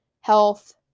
health